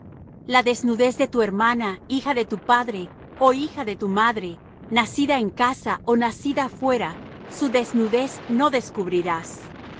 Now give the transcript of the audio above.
la desnudez de tu hermana hija de tu padre ó hija de tu madre nacida en casa ó nacida fuera su desnudez no descubrirás